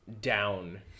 down